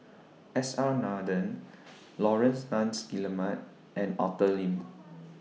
S R Nathan Laurence Nunns Guillemard and Arthur Lim